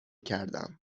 کردم